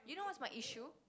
you know what's my issue